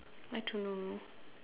I don't know